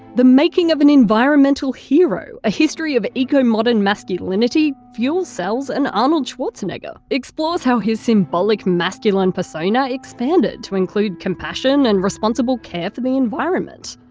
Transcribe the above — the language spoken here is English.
the making of an environmental hero a history of ecomodern masculinity, fuel cells and arnold schwarzenegger explores how schwarzenegger's symbolic masculine persona expanded to include compassion and responsible care for the environment.